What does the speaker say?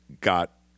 got